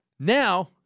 Now